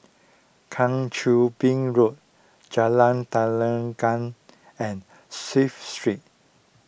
Kang Choo Bin Road Jalan and Safe Street